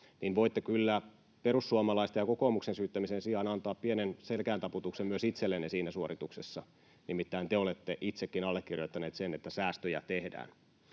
niin voitte kyllä perussuomalaisten ja kokoomuksen syyttämisen sijaan antaa pienen selkääntaputuksen myös itsellenne siinä suorituksessa, nimittäin te olette itsekin allekirjoittaneet sen, että säästöjä tehdään.